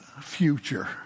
future